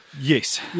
Yes